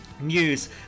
news